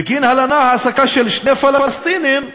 בגין הלנה, העסקה, של שני פלסטינים,